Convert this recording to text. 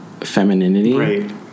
femininity